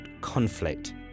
conflict